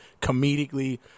Comedically